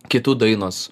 kitų dainos